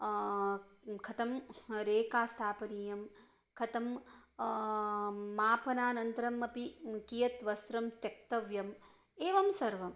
कथं रेखा स्थापनीयं कथं मापनानन्तरम् अपि कियत् वस्त्रं त्यक्तव्यम् एवं सर्वम्